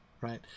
right